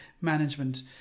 management